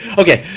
okay,